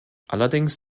allerdings